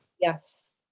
Yes